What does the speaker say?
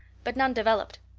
but none developed.